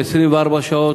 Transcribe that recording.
24 שעות,